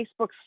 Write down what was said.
Facebook's